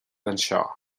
anseo